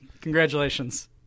congratulations